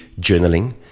journaling